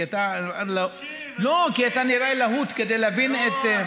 כי אתה נראה להוט כדי להבין את,